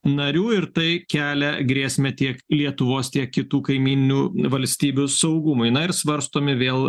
narių ir tai kelia grėsmę tiek lietuvos tiek kitų kaimyninių valstybių saugumui na ir svarstomi vėl